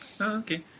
Okay